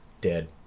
Dead